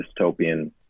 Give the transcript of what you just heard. dystopian